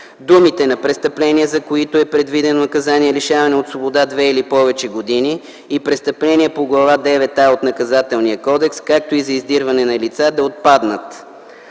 думите „на престъпления, за които е предвидено наказание лишаване от свобода две или повече години и престъпления по Глава девета „а” от Наказателния кодекс, както и за издирване на лица” да отпаднат;